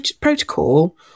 protocol